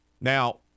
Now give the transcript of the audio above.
Now